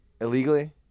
illegally